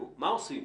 מה עושים?